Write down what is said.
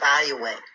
evaluate